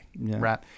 right